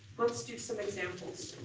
let's do some examples.